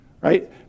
right